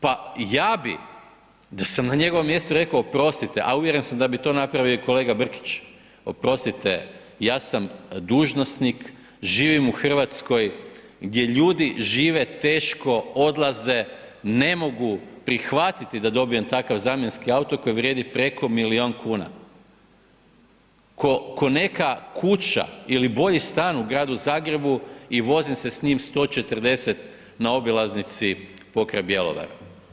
Pa ja bi da sam na njegovom mjestu rekao oprostite, a uvjeren sam da bio to napravio i kolega Brkić, oprostite ja sam dužnosnik, živim u Hrvatskoj gdje ljudi žive teško, odlaze, ne mogu prihvatiti da dobijem takav zamjenski auto koji vrijedi preko milijun kuna, ko neka kuća ili bolji stan u gradu Zagrebu i vozi se s njim 140 na obilaznici pokraj Bjelovara.